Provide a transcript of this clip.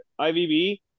IVB